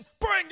bring